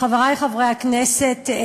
חברי חברי הכנסת,